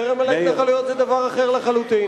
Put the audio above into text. חרם על ההתנחלויות זה דבר אחר לחלוטין.